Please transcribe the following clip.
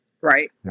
right